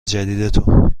جدید